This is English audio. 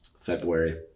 February